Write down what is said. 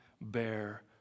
bear